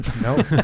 Nope